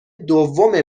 دوم